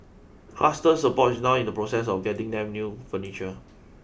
cluster support is now in the process of getting them new furniture